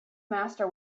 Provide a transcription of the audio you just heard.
master